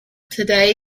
today